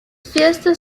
fiestas